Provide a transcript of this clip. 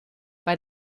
bei